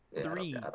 three